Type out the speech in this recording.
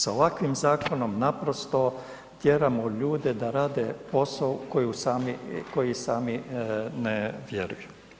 Sa ovakvim zakonom naprosto tjeramo ljude da rade posao u koji sami ne vjeruju.